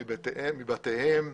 שיוצאים מבתיהם,